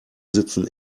sitzen